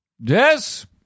Yes